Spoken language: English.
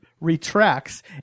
retracts